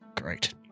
great